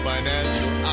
Financial